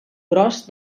gros